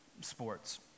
sports